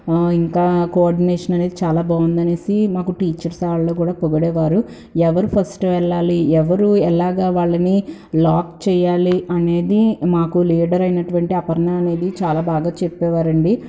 ఇంకా కోఆర్డినేషన్ అనేది చాలా బాగుందనేసి మాకు టీచర్స్ ఆళ్ళు కూడా పొగిడేవారు ఎవరు ఫస్ట్ వెళ్ళాలి ఎవరు ఎలాగ వాళ్ళని లాక్ చేయాలి అనేది మాకు లీడరైనటువంటి అపర్ణ అనేది చాలా బాగా చెప్పేవారండి